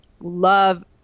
love